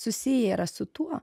susiję yra su tuo